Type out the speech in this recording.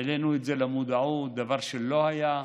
העלינו את זה למודעות, דבר שלא היה,